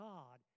God